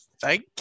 Thank